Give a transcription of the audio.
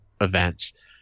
events